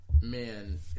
man